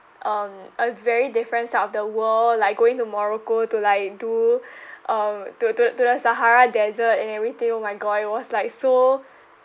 um a very different side of the world like going to morocco to like do um to to to the sahara desert and everything oh my god it was like so